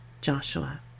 Joshua